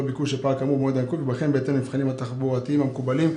ביקוש שפעל במועד התיקון ייבחן בהתאם למבחנים התחבורתיים המקובלים.